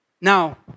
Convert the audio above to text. Now